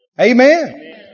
Amen